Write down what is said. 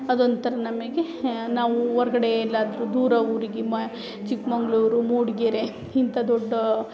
ಅದೊಂಥರ ನಮಗೆ ನಾವು ಹೊರ್ಗಡೆ ಎಲ್ಲಾದ್ರು ದೂರ ಊರಿಗೆ ಮ ಚಿಕ್ಕಮಗ್ಳೂರು ಮೂಡಿಗೆರೆ ಇಂಥ ದೊಡ್ಡ